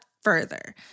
Further